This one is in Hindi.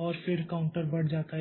और फिर काउंटर बढ़ जाता है